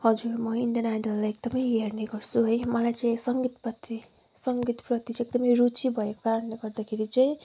हजुर म इन्डियन आइडललाई एकदमै हेर्ने गर्छु है मलाई चाहिँ सङ्गीतपट्टि सङ्गीतप्रति चाहिँ एकदमै रुचि भएको कारणले गर्दाखेरि चाहिँ